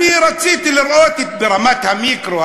רציתי לראות ברמת המיקרו,